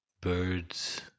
birds